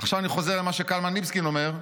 ועכשיו אני חוזר למה שקלמן ליבסקינד אומר,